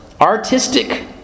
artistic